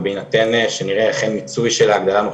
ובהינתן שנראה אכן מיצוי של ההגדלה הנוכחית,